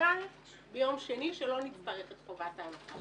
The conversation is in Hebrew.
מושפל ביום שני שלא נצטרך את חובת ההנחה.